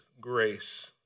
grace